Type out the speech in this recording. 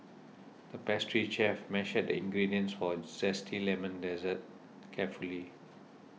the pastry chef measured the ingredients for a Zesty Lemon Dessert carefully